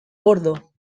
gordo